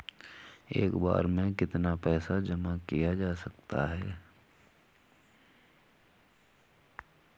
एक बार में कितना पैसा जमा किया जा सकता है?